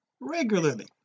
regularly